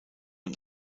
und